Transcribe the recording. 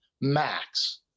max